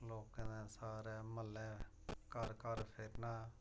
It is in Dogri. लोकें दे सारे म्हल्लै घर घर फिरना